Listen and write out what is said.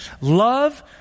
Love